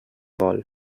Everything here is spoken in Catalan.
vol